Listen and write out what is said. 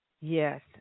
Yes